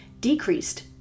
decreased